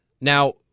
Now